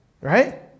right